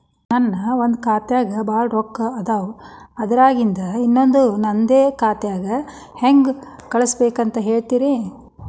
ನನ್ ಒಂದ್ ಖಾತ್ಯಾಗ್ ಭಾಳ್ ರೊಕ್ಕ ಅದಾವ, ಅದ್ರಾಗಿಂದ ಇನ್ನೊಂದ್ ನಂದೇ ಖಾತೆಗೆ ಹೆಂಗ್ ಕಳ್ಸ್ ಬೇಕು ಹೇಳ್ತೇರಿ?